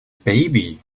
baby